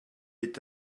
est